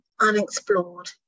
unexplored